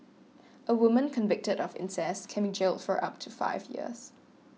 a woman convicted of incest can be jailed for up to five years